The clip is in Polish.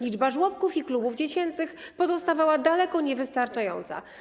Liczba żłobków i klubów dziecięcych pozostawała daleko niewystarczająca.